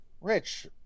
Rich